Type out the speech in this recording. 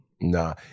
Nah